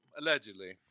Allegedly